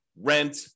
rent